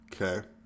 Okay